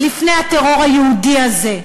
ולפני הטרור היהודי הזה.